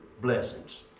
blessings